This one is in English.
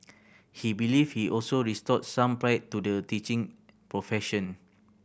he believe he also restored some pride to the teaching profession